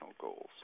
goals